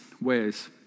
ways